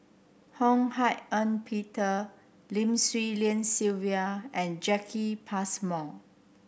Ho Hak Ean Peter Lim Swee Lian Sylvia and Jacki Passmore